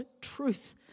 truth